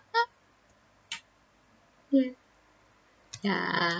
ya ya